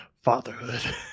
Fatherhood